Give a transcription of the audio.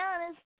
honest